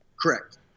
Correct